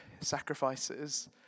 sacrifices